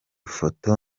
foto